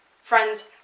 Friends